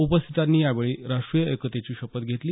उपस्थितांनी यावेळी राष्ट्रीय एकतेची शपथ घेतली